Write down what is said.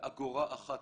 באגורה אחת,